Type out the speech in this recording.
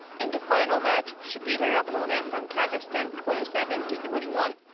in the final match, she beat her opponent from kazakhstan twenty seven to twenty one.